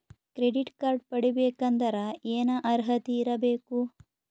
Credit card ಪಡಿಬೇಕಂದರ ಏನ ಅರ್ಹತಿ ಇರಬೇಕು?